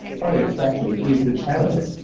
but exactly, and he's the challenge.